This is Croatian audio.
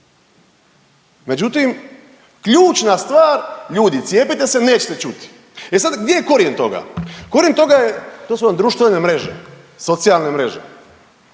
Međutim, ključna stvar ljudi cijepite se nećete čuti. E sa gdje je korijen toga? Korijen toga je to su vam društvene mreže, socijalne mreže.